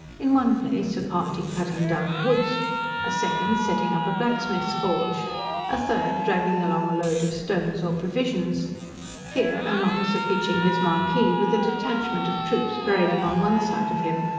in one place, a party cutting down the woods a second, setting up a blacksmith's forge a third, dragging along a load of stones or provisions here an officer pitching his marquee, with a detachment of troops parading on one side of him,